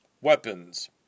Weapons